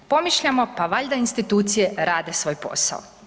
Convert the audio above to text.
Pomišljamo, pa valjda institucije rade svoj posao.